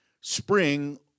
spring